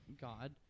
God